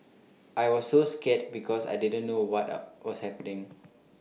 I was so scared because I didn't know what up was happening